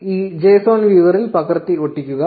ഈ json വ്യൂവറിൽ പകർത്തി ഒട്ടിക്കുക